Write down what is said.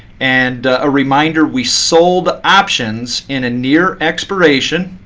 and a reminder, we sold options in a near expiration.